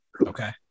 okay